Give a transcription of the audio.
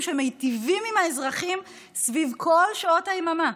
שמיטיבים עם האזרחים בכל שעות היממה.